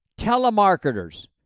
telemarketers